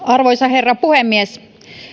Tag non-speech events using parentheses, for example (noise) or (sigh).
(unintelligible) arvoisa herra puhemies